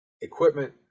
equipment